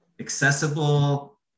accessible